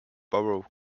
borough